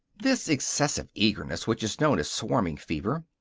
this excessive eagerness, which is known as swarming-fever,